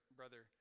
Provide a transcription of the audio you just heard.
brother